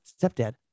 stepdad